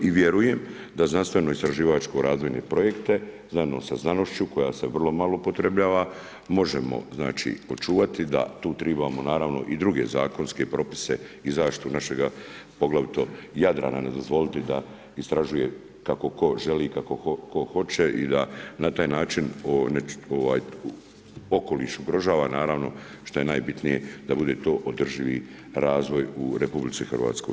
I vjerujem da znanstveno istraživačke razvojne projekte, znanost sa znanošću koja se vrlo malo upotrebljava možemo, znači očuvati, da tu tribamo naravno i druge zakonske propise i zaštitu našega poglavito Jadrana, ne dozvoliti da istražuje kako tko želi, kako tko hoće i da na taj način okoliš ugrožava naravno šta je najbitnije da bude to održivi razvoj u Republici Hrvatskoj.